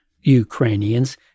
Ukrainians